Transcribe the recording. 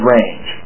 Range